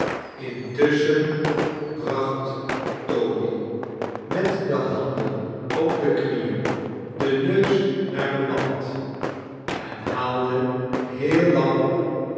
intusschen bracht toby met de handen op de knieen den neus naar de mand en haalde heel lang op